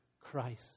Christ